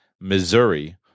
Missouri